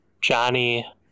johnny